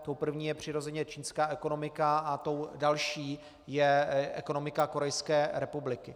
Tou první je přirozeně čínská ekonomika a tou další je ekonomika Korejské republiky.